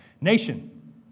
Nation